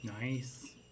nice